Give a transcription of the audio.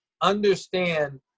understand